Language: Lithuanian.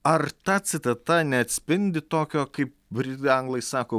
ar ta citata neatspindi tokio kaip britai anglai sako